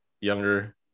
younger